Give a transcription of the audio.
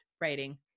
writing